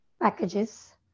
packages